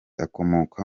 akomoka